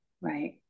right